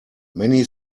many